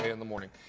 in the morning.